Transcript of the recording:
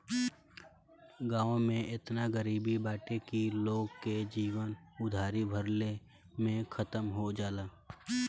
गांव में एतना गरीबी बाटे की लोग के जीवन उधारी भरले में खतम हो जाला